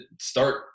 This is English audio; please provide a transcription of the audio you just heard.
start